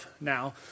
now